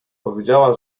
powiedziała